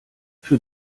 für